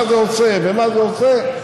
מה זה עושה ומה זה עושה.